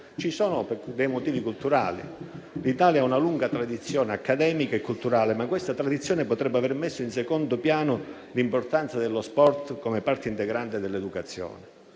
Ci sono dei motivi culturali: l'Italia ha una lunga tradizione accademica e culturale, la quale però potrebbe aver messo in secondo piano l'importanza dello sport come parte integrante dell'educazione.